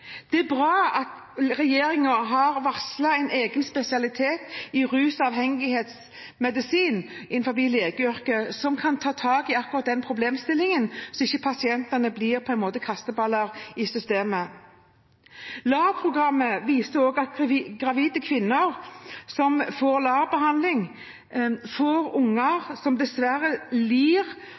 Det er bra at regjeringen har varslet en egen spesialitet i rusavhengighetsmedisin innenfor legeyrket, som kan ta tak i akkurat den problemstillingen, slik at pasientene ikke blir kasteballer i systemet. LAR-programmet viser at gravide kvinner som får LAR-behandling, får